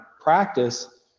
practice